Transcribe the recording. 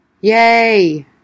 Yay